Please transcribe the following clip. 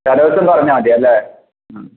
തലേ ദിവസം പറഞ്ഞാൽ മതിയല്ലേ